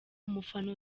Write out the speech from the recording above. umufana